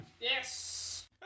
Yes